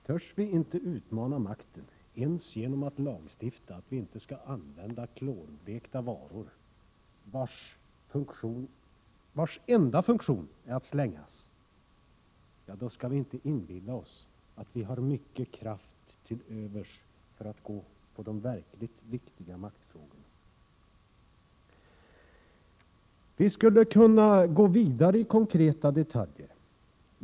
Törs vi inte utmana makten, ens genom att lagstifta om att inte använda klorblekta varor, vars enda funktion är att slänga, ja, då skall vi inte inbilla oss att vi har mycken kraft till övers för att gå på de verkligt viktiga maktfrågorna. Vi skulle kunna gå vidare i konkreta detaljer.